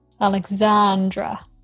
Alexandra